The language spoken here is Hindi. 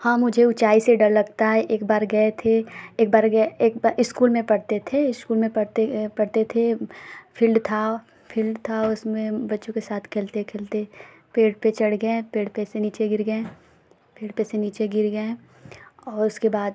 हाँ मुझे ऊँचाई से डर लगता है एक बार गए थे एक बार गए एक ब इस्कूल में पढ़ते थे इस्कूल में पढ़ते पढ़ते थे फील्ड था फील्ड था उसमें बच्चों के साथ खेलते खेलते पेड़ पर चढ़ गए पेड़ पर से नीचे गिर गए पेड़ पर से नीचे गिर गए और उसके बाद